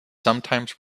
sometimes